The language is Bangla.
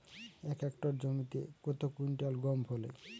এক হেক্টর জমিতে কত কুইন্টাল গম ফলে?